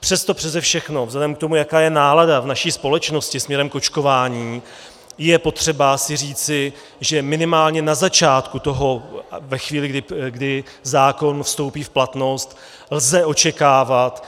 Přes to přese všechno vzhledem k tomu, jaká je nálada v naší společnosti směrem k očkování, je potřeba si říci, že minimálně na začátku toho ve chvíli, kdy zákon vstoupí v platnost, lze očekávat,